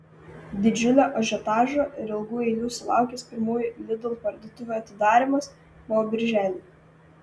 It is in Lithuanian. didžiulio ažiotažo ir ilgų eilių sulaukęs pirmųjų lidl parduotuvių atidarymas buvo birželį